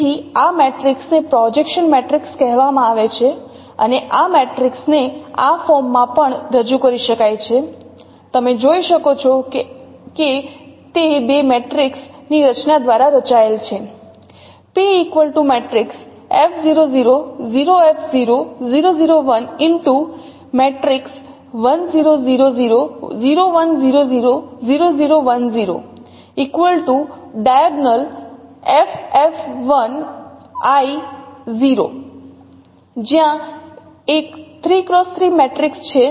તેથી આ મેટ્રિક્સ ને પ્રોજેક્શન મેટ્રિક્સ કહેવામાં આવે છે અને આ મેટ્રિક્સ ને આ ફોર્મમાં પણ રજૂ કરી શકાય છે તમે જોઈ શકો છો કે તે બે મેટ્રિક્સ ની રચના દ્વારા રચાયેલ છે જ્યાં એક 3 X 3 મેટ્રિક્સ છે